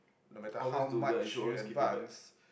no matter how much you advance